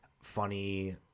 Funny